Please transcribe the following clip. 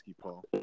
Paul